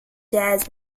jazz